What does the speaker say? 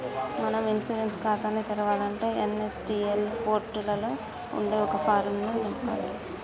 మనం ఇన్సూరెన్స్ ఖాతాని తెరవాలంటే ఎన్.ఎస్.డి.ఎల్ పోర్టులలో ఉండే ఒక ఫారం ను నింపాలి